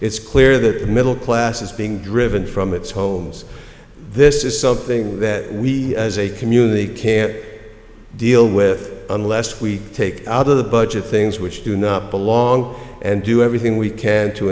it's clear that middle class is being driven from its homes this is something that we as a community can't deal with unless we take out of the budget things which do not belong and do everything we can to